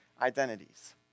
identities